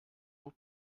will